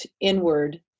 inward